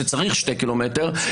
שצריך שני קילומטר.